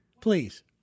Please